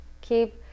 Keep